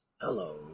Hello